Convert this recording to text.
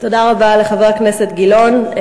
תודה רבה לחבר הכנסת גילאון.